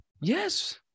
Yes